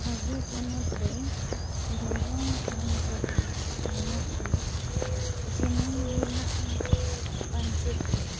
ᱟᱵᱚ ᱯᱚᱱᱚᱛ ᱨᱮ ᱫᱷᱚᱨᱚᱢ ᱛᱷᱟᱱ ᱠᱚᱫᱚ ᱢᱮᱱᱟᱜ ᱜᱮᱭᱟ ᱡᱮᱢᱚᱱ ᱢᱮᱱᱟᱜᱼᱟ ᱯᱟᱸᱧᱪᱮᱛ ᱨᱮ